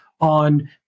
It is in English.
on